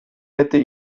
hätte